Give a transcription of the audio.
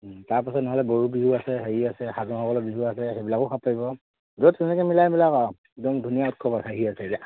তাৰপাছত নহ'লে গৰু বিহু আছে হেৰি আছে বিহু আছে সেইবিলাকো একদম ধুনীয়া উৎসৱ আছে হে আছেৰি এতিয়া